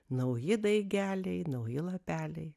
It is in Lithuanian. nauji daigeliai nauji lapeliai